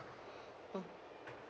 mm